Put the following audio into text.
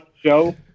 show